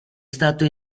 stato